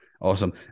awesome